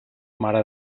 mare